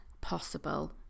possible